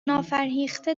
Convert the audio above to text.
نافرهیخته